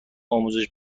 آموزش